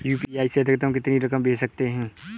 UPI से अधिकतम कितनी रकम भेज सकते हैं?